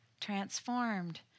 transformed